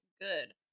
good